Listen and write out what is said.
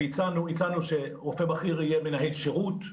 והצענו שרופא בכיר יהיה מנהל שירות,